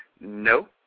no